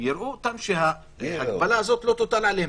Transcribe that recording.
יראו אותם שההגבלה הזאת לא תוטל עליהם.